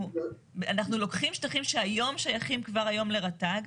אנחנו לוקחים שטחים שהיום שייכים כבר היום לרט"ג,